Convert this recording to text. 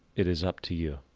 it is up to you.